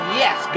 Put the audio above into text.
yes